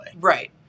Right